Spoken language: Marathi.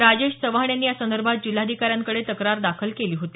राजेश चव्हाण यांनी यासंदर्भात जिल्हाधिकाऱ्यांकडे तक्रार दाखल केली होती